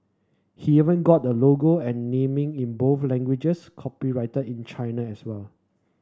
he even got the logo and naming in both languages copyrighted in China as well